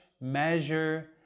measure